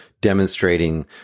demonstrating